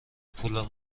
پولم